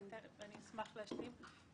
אני אשמח להשלים.